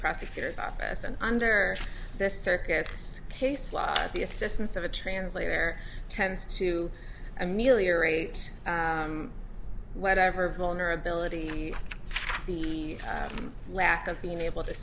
prosecutor's office and under this circuit's case law the assistance of a translator tends to ameliorate whatever vulnerability the lack of being able to